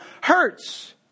hurts